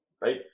right